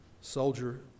soldier